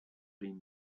been